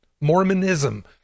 mormonism